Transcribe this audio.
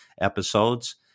episodes